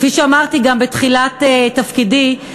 כפי שאמרתי גם בתחילת תפקידי,